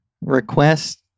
request